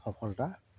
সফলতা